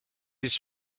his